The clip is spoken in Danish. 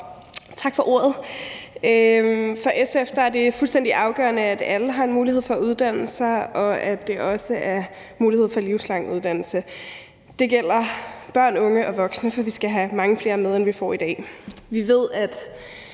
Tak for ordet. For SF er det fuldstændig afgørende, at alle har en mulighed for at uddanne sig, og at der også er mulighed for livslang uddannelse. Det gælder børn, unge og voksne, for vi skal have mange flere med, end vi får i dag. Vi ved, at